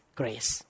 grace